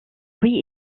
fruit